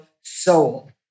soul